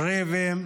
הוא רואה ריבים